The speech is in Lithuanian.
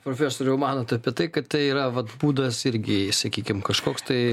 profesoriau manot apie tai kad tai yra vat būdas irgi sakykim kažkoks tai